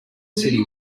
city